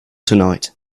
tonight